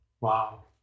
Wow